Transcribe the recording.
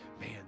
man